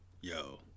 Yo